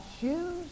shoes